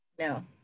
No